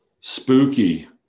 Spooky